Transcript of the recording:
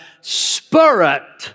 spirit